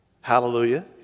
Hallelujah